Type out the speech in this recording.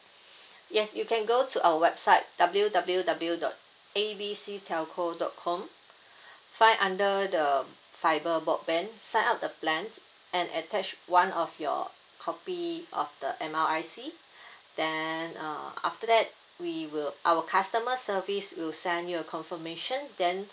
yes you can go to our website W_W_W dot A B C telco dot com find under the fibre broadband sign up the plan and attached one of your copy of the N_R_I_C then uh after that we will our customer service will send you a confirmation then